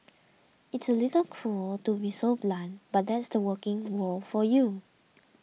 it's a little cruel to be so blunt but that's the working world for you